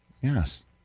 Yes